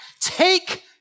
Take